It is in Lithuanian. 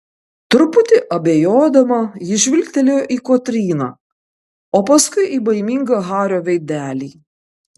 truputį abejodama ji žvilgtelėjo į kotryną o paskui į baimingą hario veidelį